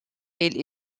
ils